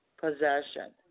possession